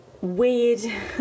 weird